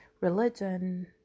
religion